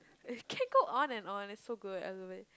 it keep go on and on it so good other way